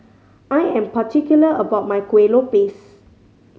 I am particular about my Kuih Lopes